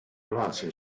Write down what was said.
laser